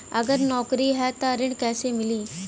अगर नौकरी ह त ऋण कैसे मिली?